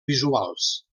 visuals